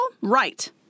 Right